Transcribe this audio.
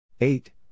Eight